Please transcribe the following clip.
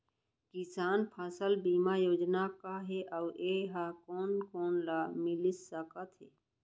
किसान फसल बीमा योजना का हे अऊ ए हा कोन कोन ला मिलिस सकत हे?